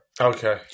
Okay